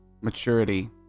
maturity